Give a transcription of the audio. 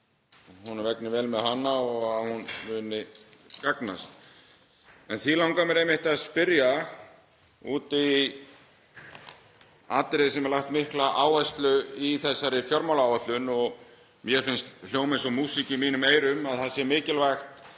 honum vegni vel með hana og að hún muni gagnast. Því langaði mig einmitt að spyrja út í atriði sem var lögð mikil áhersla á í þessari fjármálaáætlun og mér finnst hljóma eins og músík í mínum eyrum, að það sé mikilvægt